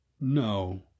no